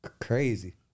Crazy